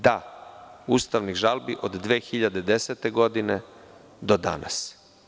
Da, ustavnih žalbi od 2010. godine do danas.